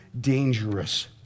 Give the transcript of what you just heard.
dangerous